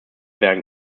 werden